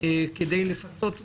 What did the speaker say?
כדי לפצות אותן.